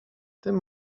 tym